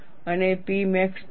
અને P max પણ છે